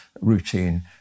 routine